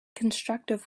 constructive